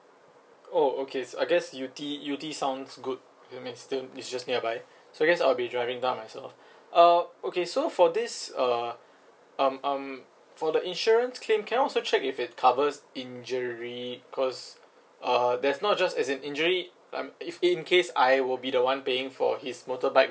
oh okay so I guess U_T U_T sounds good I mean it's still it's just nearby so I guess I'll be driving down myself err okay so for this err um um for the insurance claim can I also check if it covers injury cause uh there's not just as in injury I'm if in case I will be the one paying for his motorbike